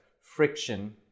friction